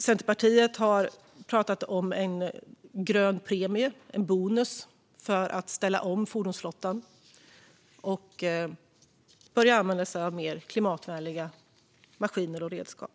Centerpartiet har talat om en grön premie, en bonus, för att ställa om fordonsflottan och börja använda mer klimatvänliga maskiner och redskap.